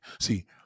see